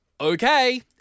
Okay